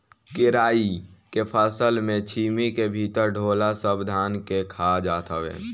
केराई के फसल में छीमी के भीतर ढोला सब दाना के खा जात हवे